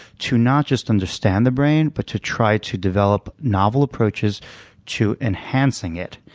to not just understand the brain but to try to develop novel approaches to enhancing it,